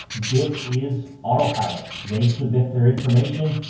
this is autopilot. they submit their information.